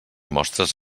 mostres